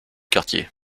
quartier